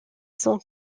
son